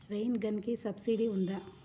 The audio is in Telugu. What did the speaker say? రైన్ గన్కి సబ్సిడీ ఉందా?